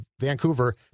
Vancouver